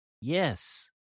Yes